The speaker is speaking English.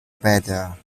better